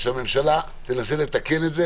שהממשלה תנסה לתקן את זה.